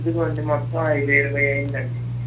ఇదిగోండి మొత్తం ఐదు ఇరవై అయ్యిందండి